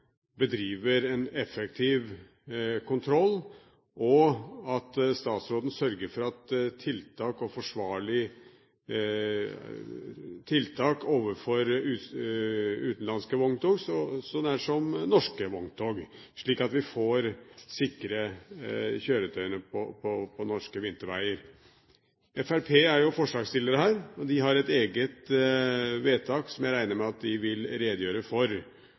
bedriver en effektiv kontroll, og at statsråden sørger for tiltak overfor utenlandske vogntog så vel som norske vogntog, slik at vi får sikre kjøretøy på norske veier. Fremskrittspartiet er forslagsstiller her, og de har et eget forslag til vedtak som jeg regner med at de vil redegjøre for,